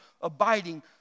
abiding